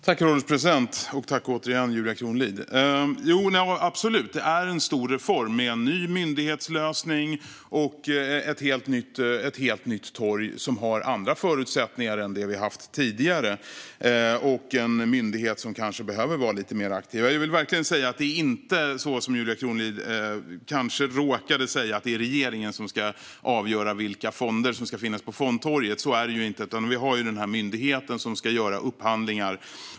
Herr ålderspresident och Julia Kronlid! Det är absolut en stor reform med en ny myndighetslösning och ett helt nytt torg som har andra förutsättningar än det vi har haft tidigare. Det är också en myndighet som kanske behöver vara lite mer aktiv. Jag vill verkligen säga att det inte är så som Julia Kronlid kanske råkade säga - att det är regeringen som ska avgöra vilka fonder som ska finnas på fondtorget. Så är det inte, utan det är myndigheten som ska göra upphandlingar.